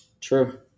true